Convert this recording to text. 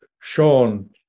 Sean